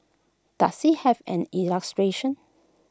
does IT have any illustrations